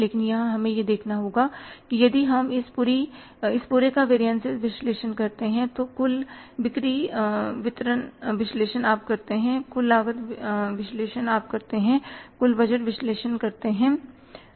लेकिन यहां हमें यह देखना होगा कि यदि हम इस पूरे का वेरियनसिस विश्लेषण करते हैं तो कुल बिक्री विश्लेषण आप करते हैं कुल लागत विश्लेषण आप करते हैं कुल बजट विश्लेषण करते हैं